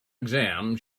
exam